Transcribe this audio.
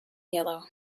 yellow